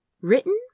written